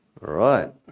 right